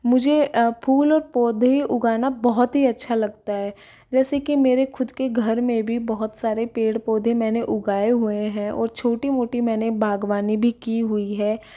मुझे फूल और पौधे उगाना बहुत ही अच्छा लगता है जैसे कि मेरे ख़ुद के घर में भी बहुत सारे पेड़ पौधे मैंने उगाये हुए हैं और छोटी मोटी मैंने बाग़बानी भी की हुई है